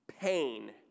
Pain